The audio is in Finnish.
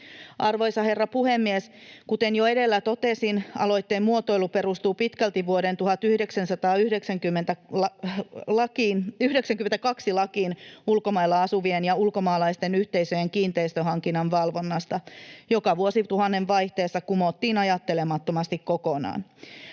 Arvoisa herra puhemies! Kuten jo edellä totesin, aloitteen muotoilu perustuu pitkälti vuoden 1992 lakiin ulkomailla asuvien ja ulkomaalaisten yhteisöjen kiinteistönhankinnan valvonnasta, joka vuosituhannen vaihteessa kumottiin ajattelemattomasti kokonaan.